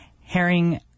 Herring